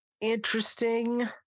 interesting